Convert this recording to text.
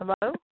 Hello